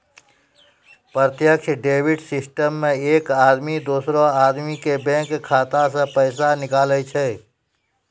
प्रत्यक्ष debit system मे एक आदमी दोसरो आदमी के बैंक खाता से पैसा निकाले छै